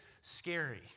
scary